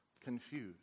confused